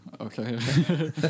Okay